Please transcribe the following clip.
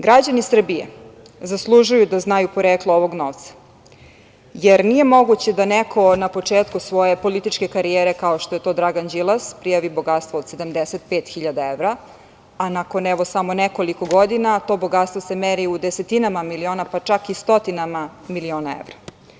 Građani Srbije zaslužuju da znaju poreklo ovog novca, jer nije moguće da neko na početku svoje političke karijere kao što je to Dragan Đilas, prijavi bogatstvo od 75 hiljada evra, a nakon evo samo nekoliko godina to bogatstvo se meri u desetinama miliona, pa čak i stotinama miliona evra.